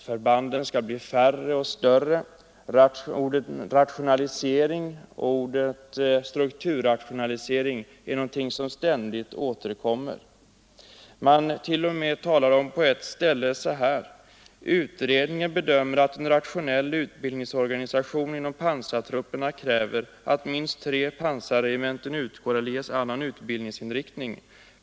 Förbanden skall bli färre och större. Orden ”rationalisering” och ”strukturrationalisering” återkommer = ständigt. Man «säger på ett ställe: ”Utredningen bedömer att en rationell utbildningsorganisation inom pansartrupperna kräver att minst tre pansarregementen utgår eller ges annan utbildningsinriktning.